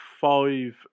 five